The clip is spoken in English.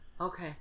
Okay